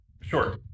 Sure